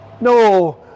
No